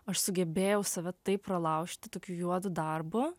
aš sugebėjau save taip pralaužti tokiu juodu darbu